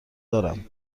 دارم